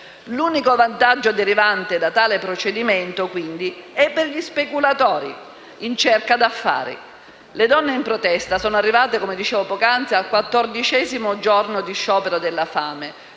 L'unico vantaggio derivante da tale procedimento, quindi, è per gli speculatori, in cerca d'affari. Le donne in protesta sono arrivate, come dicevo poc'anzi, al quattordicesimo giorno di sciopero della fame.